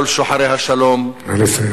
כל שוחרי השלום נא לסיים.